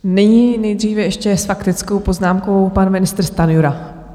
Nyní nejdříve ještě s faktickou poznámkou pan ministr Stanjura.